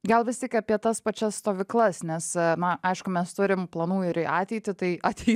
gal vis tik apie tas pačias stovyklas nes na aišku mes turim planų ir į ateitį tai ateity